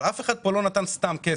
אבלך אף אחד לא נתן סתם כסף.